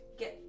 get